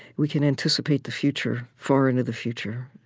we can anticipate the future, far into the future.